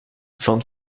van